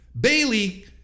Bailey